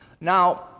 Now